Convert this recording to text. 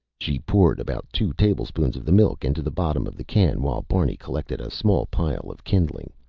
she poured about two tablespoons of the milk into the bottom of the can while barney collected a small pile of kindling.